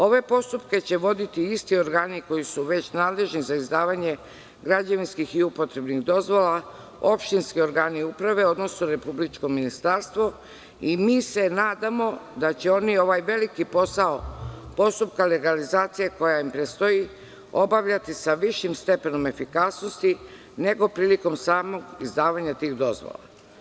Ove postupke će voditi isti organi koji su već nadležni za izdavanje građevinskih i upotrebnih dozvola, opštinski organi uprave, odnosno republičko ministarstvo, i mi se nadamo da će oni ovaj veliki posao postupka legalizacije koja im predstoji obavljati sa višim stepenom efikasnosti, nego prilikom samog izdavanja tih dozvola.